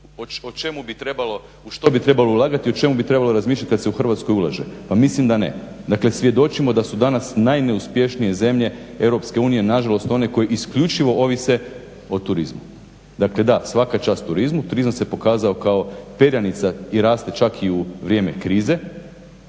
razmišljati u što bi trebalo ulagati i o čemu bi trebalo razmišljati kada se u Hrvatskoj ulaže, pa mislim da ne. Dakle svjedočimo da su danas najneuspješnije zemlje EU nažalost one koje isključivo ovise o turizmu. Dakle da, svaka čast turizmu, turizam se pokazao kao perjanica i raste čak i u vrijeme krize.